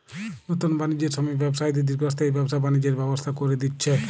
নুতন বাণিজ্যের সময়ে ব্যবসায়ীদের দীর্ঘস্থায়ী ব্যবসা বাণিজ্যের ব্যবস্থা কোরে দিচ্ছে